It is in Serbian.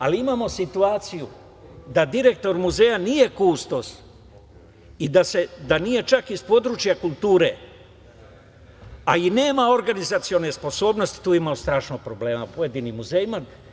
Ali, imamo situaciju da direktor muzeja nije kustos i da nije čak iz područja kulture, kao i da nema organizacione sposobnosti, e, tu ima strašnih problema u pojedinim muzejima.